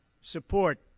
support